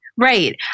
Right